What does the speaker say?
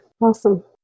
awesome